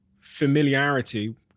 familiarity